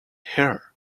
her